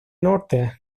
norte